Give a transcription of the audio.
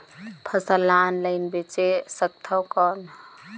फसल ला ऑनलाइन बेचे सकथव कौन?